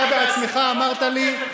אתה בעצמך אמרת לי,